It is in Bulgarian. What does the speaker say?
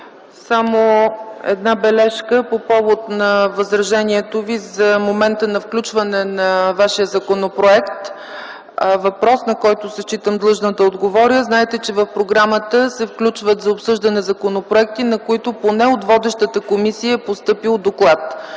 Само една бележка по повод на възражението Ви за момента на включване на Вашия законопроект – въпрос, на който се считам длъжна да отговоря. Знаете, че в програмата се включват за обсъждане законопроекти, на които поне от водещата комисия е постъпил доклад.